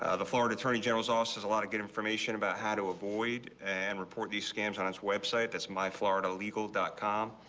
ah the florida attorney general's office is a lot of good information about how to avoid and report the scams on its website that's my florida legal dot com.